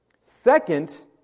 Second